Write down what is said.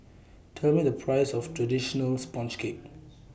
Tell Me The Price of Traditional Sponge Cake